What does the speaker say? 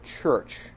church